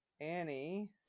Annie